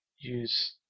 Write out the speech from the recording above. use